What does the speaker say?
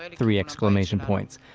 and three exclamation points.